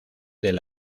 del